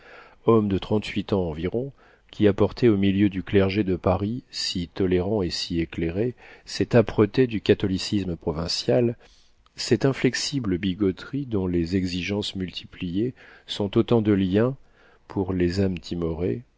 homme de trente-huit ans environ qui apportait au milieu du clergé de paris si tolérant et si éclairé cette âpreté du catholicisme provincial cette inflexible bigoterie dont les exigences multipliées sont autant de liens pour les âmes timorées